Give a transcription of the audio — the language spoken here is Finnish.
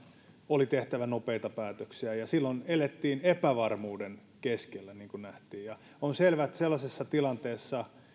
oli tehtävä nopeita päätöksiä ja silloin elettiin epävarmuuden keskellä niin kuin nähtiin ja on selvä että sellaisessa tilanteessa